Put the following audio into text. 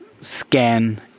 scan